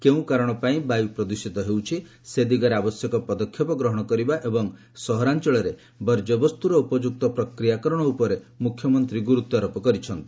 କେଉଁ କାରଣ ପାଇଁ ବାୟୁ ପ୍ରଦୂଷିତ ହେଉଛି ସେ ଦିଗରେ ଆବଶ୍ୟକ ପଦକ୍ଷେପ ଗ୍ରହଣ କରିବା ଏବଂ ସହରାଞ୍ଚଳରେ ବର୍ଜ୍ୟବସ୍ତୁର ଉପଯୁକ୍ତ ପ୍ରକ୍ରିୟାକରଣ ଉପରେ ମୁଖ୍ୟମନ୍ତ୍ରୀ ଗୁରୁତ୍ୱାରୋପ କରିଛନ୍ତି